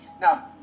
Now